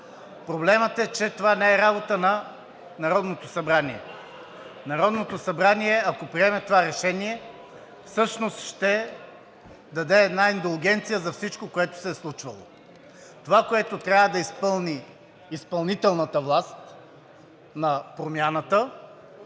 Проблемът е, че това не е работа на Народното събрание. Народното събрание, ако приеме това решение, всъщност ще даде една индулгенция за всичко, което се е случвало. Това, което трябва да изпълни изпълнителната власт на Промяната